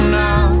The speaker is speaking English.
now